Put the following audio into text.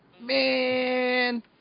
Man